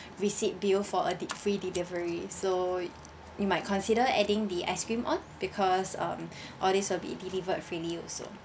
resit bill for a de~ free delivery so you might consider adding the ice cream on because um all these will be delivered freely also